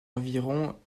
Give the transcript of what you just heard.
environ